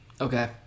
Okay